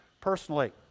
personally